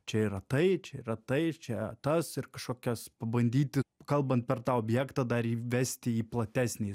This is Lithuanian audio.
čia yra tai čia yra tai čia tas ir kažkokias pabandyti kalbant per tą objektą dar įvesti į platesnį